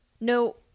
No